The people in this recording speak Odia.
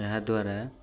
ଏହାଦ୍ୱାରା